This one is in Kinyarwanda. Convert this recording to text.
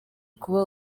kuba